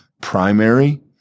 primary